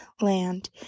land